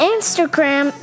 Instagram